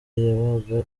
yabaga